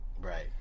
right